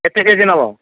କେତେ କେଜି ନେବ